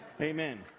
Amen